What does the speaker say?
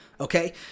okay